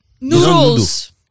Noodles